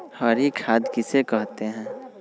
हरी खाद किसे कहते हैं?